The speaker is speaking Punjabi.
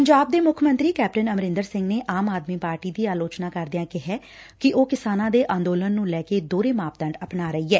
ਪੰਜਾਬ ਦੇ ਮੁੱਖ ਮੰਤਰੀ ਕੈਪਟਨ ਅਮਰੰਦਰ ਸੰਘ ਨੇ ਆਮ ਆਦਮੀ ਪਾਰਟੀ ਦੀ ਆਲੋਚਨਾ ਕਰਦਿਆਂ ਕਿਹੈ ਕਿ ਉਹ ਕਿਸਾਨਾਂ ਦੇ ਅੰਦੋਲਨ ਨੁੰ ਲੈ ਕੇ ਦੋਹਰੇ ਮਾਪਦੰਡ ਅਪਣਾ ਰਹੀ ਐ